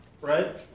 Right